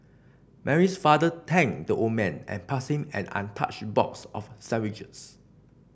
Mary's father thanked the old man and pass him an untouched box of sandwiches